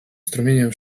strumieniem